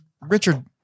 richard